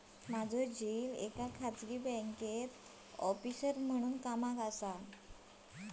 माझो झिल एका खाजगी बँकेत ऑफिसर असा